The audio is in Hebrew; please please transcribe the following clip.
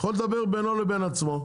הוא יכול לדבר בינו לבין עצמו.